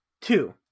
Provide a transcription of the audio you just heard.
two